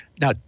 Now